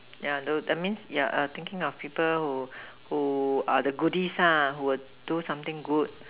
yeah dude that means yeah thinking of people who who the goodies who will do something good